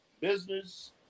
business